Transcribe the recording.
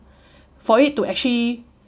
for it to actually